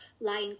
line